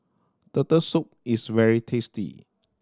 Turtle Soup is very tasty